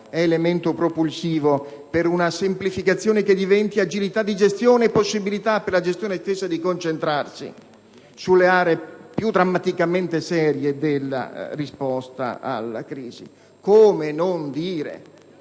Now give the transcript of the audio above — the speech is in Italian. è elemento propulsivo per una semplificazione che diventi agilità di gestione e possibilità, per la gestione stessa, di concentrarsi sulle aree più drammaticamente serie della risposta alla crisi? Proprio nel